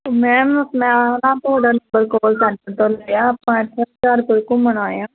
ma'am ਮੈਂ ਨਾ ਤੁਹਾਡਾ ਨੰਬਰ ਲਿਆ ਆਪਾਂ ਘੁੰਮਣ ਆਏ ਹਾਂ